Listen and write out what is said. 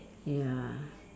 ya